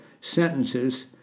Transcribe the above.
sentences